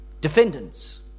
defendants